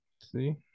See